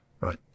Right